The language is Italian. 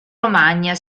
romagna